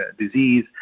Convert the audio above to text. disease